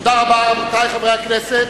רבותי חברי הכנסת,